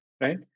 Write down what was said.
right